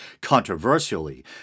controversially